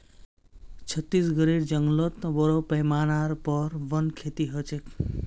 छत्तीसगढेर जंगलत बोरो पैमानार पर वन खेती ह छेक